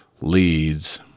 leads